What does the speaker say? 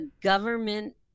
government